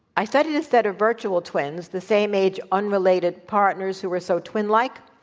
i studied a set of virtual twins the same age unrelated partners who were so twin-like,